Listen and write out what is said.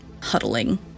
huddling